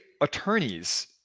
attorneys